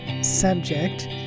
subject